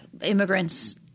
Immigrants